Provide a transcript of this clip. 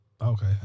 Okay